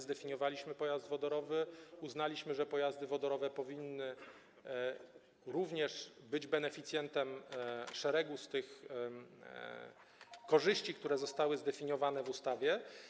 Zdefiniowaliśmy pojazd wodorowy, uznaliśmy, że pojazdy wodorowe powinny również być beneficjentem szeregu tych korzyści, które zostały zdefiniowane w ustawie.